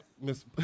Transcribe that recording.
Miss